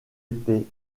été